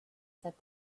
that